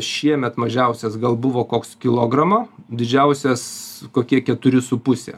šiemet mažiausias gal buvo koks kilogramo didžiausias kokie keturi su puse